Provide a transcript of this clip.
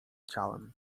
ciałem